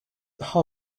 how